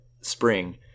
spring